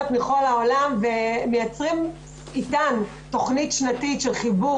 מכל העולם ומייצרים איתן תוכנית שנתית של חיבור